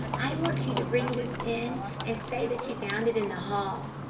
i want you to bring this in and say that you found it in the hall.